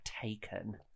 taken